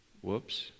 whoops